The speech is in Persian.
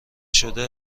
شده